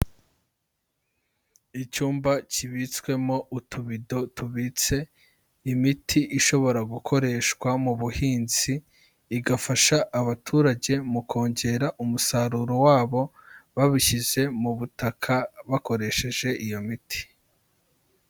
Icyumba kibitswemo utubido tubitse imiti ishobora gukoreshwa mu buhinzi, igafasha abaturage mu kongera umusaruro wabo, babishyize mu butaka bakoresheje iyo miti.